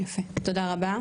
תודה רבה.